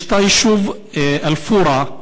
יש היישוב אל-פורעה,